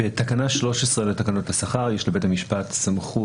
לפי תקנה 13 לתקנות השכר לבית המשפט יש סמכות.